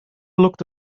looked